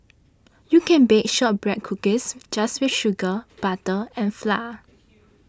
you can bake Shortbread Cookies just with sugar butter and flour